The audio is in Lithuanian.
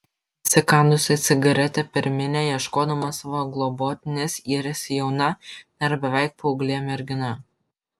įsikandusi cigaretę per minią ieškodama savo globotinės yrėsi jauna dar beveik paauglė mergina